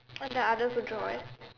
what is that other good drawers